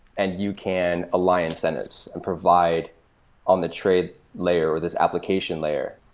and you can align incentives and provide on the trade layer, or this application layer,